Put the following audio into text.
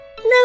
No